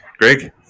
Greg